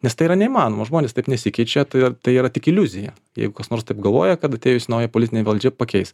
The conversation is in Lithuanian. nes tai yra neįmanoma žmonės taip nesikeičia tai tai yra tik iliuzija jeigu kas nors taip galvoja kad atėjusi nauja politinė valdžia pakeis